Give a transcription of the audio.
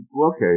Okay